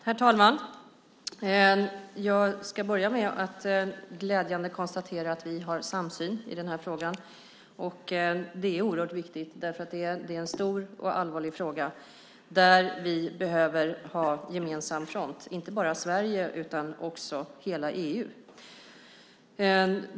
Herr talman! Jag kan glädjande nog börja med att konstatera att vi har samsyn i den här frågan. Det är oerhört viktigt, därför att det är en stor och allvarlig fråga där vi behöver ha gemensam front - inte bara Sverige utan också hela EU.